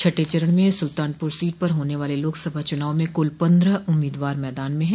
छठें चरण में सुल्तानपुर सीट पर होने वाले लोकसभा चुनाव में कुल पन्द्रह उम्मीदवार मैदान में हैं